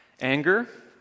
Anger